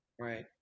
Right